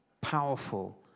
powerful